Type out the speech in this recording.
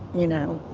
you know.